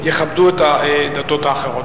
יכבדו את הדתות האחרות.